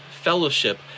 fellowship